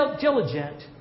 diligent